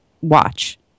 watch